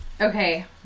Okay